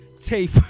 tape